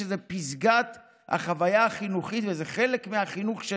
שזה פסגת החוויה החינוכית וזה חלק מהחינוך של